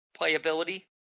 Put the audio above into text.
playability